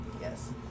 Yes